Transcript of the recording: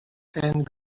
and